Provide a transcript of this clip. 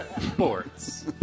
Sports